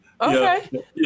Okay